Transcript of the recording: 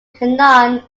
canaan